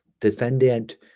defendant